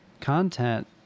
content